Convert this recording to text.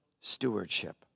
stewardship